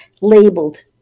labeled